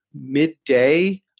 midday